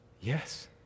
Yes